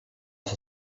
się